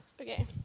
Okay